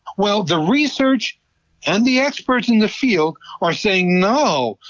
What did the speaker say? while the research and the experts in the field are saying, no,